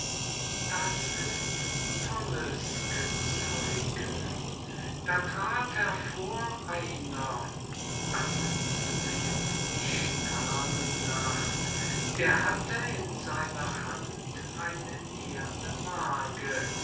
das ist tolles gezeuge da trat hervor einer anzusehen wie die sternennacht der hatte in seiner hand einen